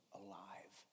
alive